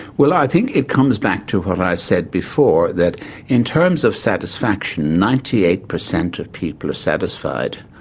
well i think it comes back to what i said before, that in terms of satisfaction ninety eight percent of people are satisfied,